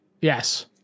Yes